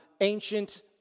ancient